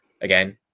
again